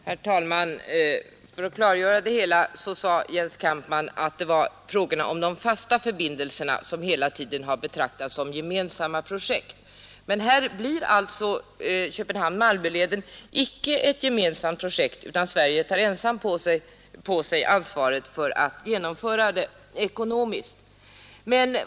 Herr talman! För att klargöra det hela vill jag nämna att Jens Kampmann sade att de fasta förbindelserna hela tiden har betraktats som gemensamma projekt. Men här blir alltså Köpenhamn —-Malmö-leden icke ett gemensamt projekt, utan Sverige tar ensamt på sig det ekonomiska ansvaret för att genomföra det.